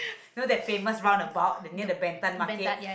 know that famous round about near that Ben-Thanh Market